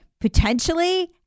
potentially